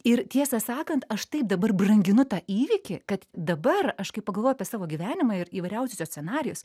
ir tiesą sakant aš taip dabar branginu tą įvykį kad dabar aš kai pagalvoju apie savo gyvenimą ir įvairiausius jo scenarijus